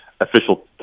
official